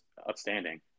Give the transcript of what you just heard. outstanding